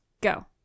Go